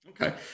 Okay